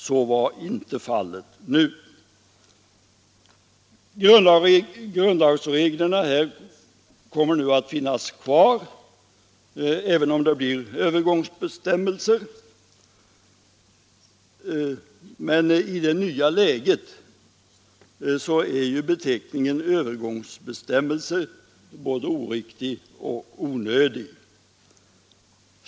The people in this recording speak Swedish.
Så var inte fallet vid detta tillfälle Grundlagsreglerna kommer nu att finnas kvar, även om det blir fråga om övergångsbestämmelser, men i det nya läget är beteckningen övergångsbestämmelser både oriktig och onödig.